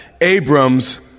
Abram's